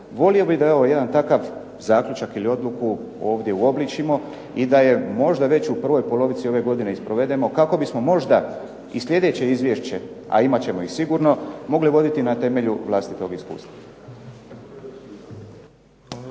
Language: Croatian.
Volio bih da je ovo jedan takav zaključak ili odluku ovdje uobličimo i da je možda već u prvoj polovici ove godine i sprovedemo kako bismo možda i sljedeće izvješće, a imat ćemo ih sigurno, mogli voditi na temelju vlastitog iskustva.